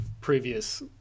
previous